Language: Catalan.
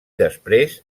després